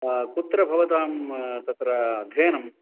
कुत्र भवतां तत्र अध्ययनं